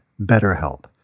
BetterHelp